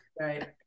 right